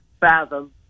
fathom